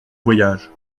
voyage